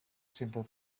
simple